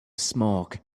smoke